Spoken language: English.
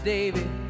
David